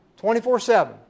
24-7